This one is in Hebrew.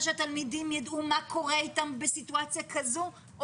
שהתלמידים יידעו מה קורה איתם בסיטואציה כזאת או